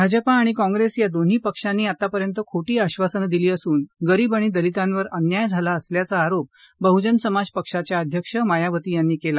भाजपा आणि काँग्रेस या दोन्ही पक्षानी आतापर्यंत खोटी आब्बासनं दिली असून गरीब आणि दलितांवर अन्याय झाला असल्याचा आरोप बहुजन समाज पक्षाच्या अध्यक्ष मायावती यांनी केला